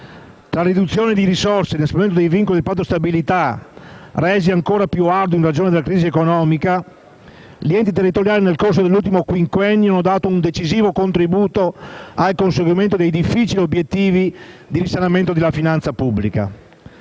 Tra riduzioni di risorse e inasprimento dei vincoli del Patto di stabilità, resi ancora più ardui in ragione della crisi economica, gli enti territoriali nel corso dell'ultimo quinquennio hanno dato un decisivo contribuito al conseguimento dei difficili obiettivi di risanamento della finanza pubblica.